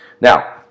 Now